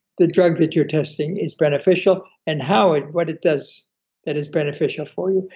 the drug that you're testing is beneficial, and how, and what it does that is beneficial for you.